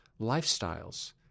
lifestyles